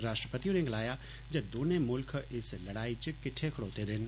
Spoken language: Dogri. राष्ट्रपति होरं गलाया जे दोने मुल्ख इस लड़ाई च किट्ठे खडोतें दे न